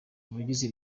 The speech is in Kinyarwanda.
abagize